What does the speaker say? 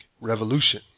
Revolution